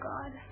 God